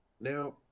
Now